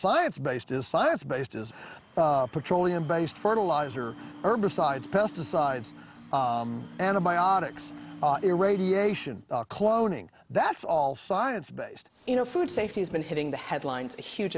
science based is science based is petroleum based fertilizer herbicides pesticides antibiotics irradiation cloning that's all science based you know food safety has been hitting the headlines a huge